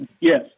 Yes